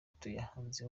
tuyahanze